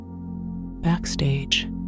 Backstage